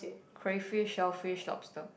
crayfish shellfish lobster